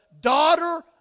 Daughter